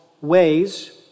ways